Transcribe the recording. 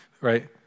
right